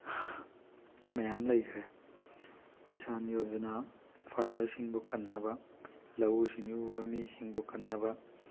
ꯃꯌꯥꯝ ꯂꯩꯈ꯭ꯔꯦ ꯀꯤꯁꯥꯟ ꯌꯣꯖꯅꯥ ꯐꯥꯔꯃꯔ ꯁꯤꯡꯕꯨ ꯀꯟꯅꯕ ꯂꯧꯎ ꯁꯤꯡꯎꯕ ꯃꯤ ꯁꯤꯡꯕꯨ ꯀꯟꯅꯕ